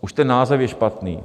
Už ten název je špatný.